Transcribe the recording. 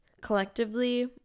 collectively